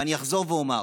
ואני אחזור ואומר: